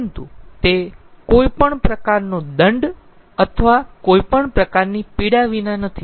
પરંતુ તે કોઈ પણ પ્રકારનો દંડ અથવા કોઈપણ પ્રકારની પીડા વિના નથી